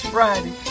Friday